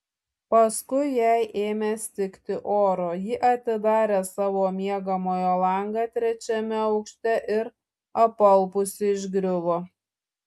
paskui jai ėmė stigti oro ji atidarė savo miegamojo langą trečiame aukšte ir apalpusi išgriuvo